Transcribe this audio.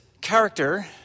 character